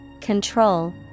control